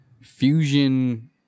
Fusion